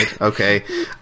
okay